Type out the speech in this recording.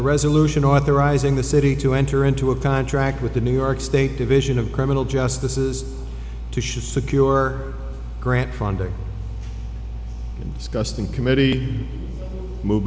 resolution authorizing the city to enter into a contract with the new york state division of criminal justice is to should secure grant funding discussed in committee move